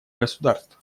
государств